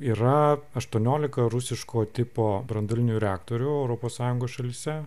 yra aštuoniolika rusiško tipo branduolinių reaktorių europos sąjungos šalyse